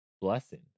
blessing